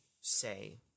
say